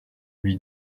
lui